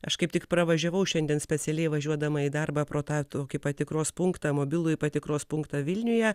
aš kaip tik pravažiavau šiandien specialiai važiuodama į darbą pro tą tokį patikros punktą mobilųjį patikros punktą vilniuje